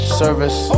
service